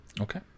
Okay